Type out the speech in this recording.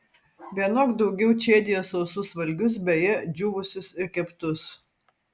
vienok daugiau čėdijo sausus valgius beje džiūvusius ir keptus